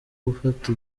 gufata